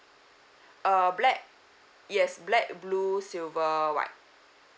err black yes black blue silver white